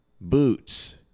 boots